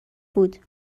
بود